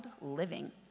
living